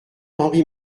henry